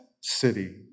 city